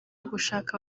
gushaka